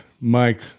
Mike